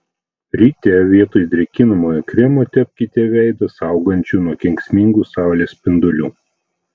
ryte vietoj drėkinamojo kremo tepkite veidą saugančiu nuo kenksmingų saulės spindulių